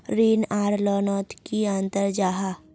ऋण आर लोन नोत की अंतर जाहा?